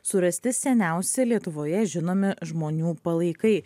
surasti seniausi lietuvoje žinomi žmonių palaikai